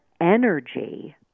energy